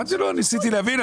אני רק ניסיתי להבין.